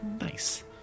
Nice